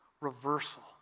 reversal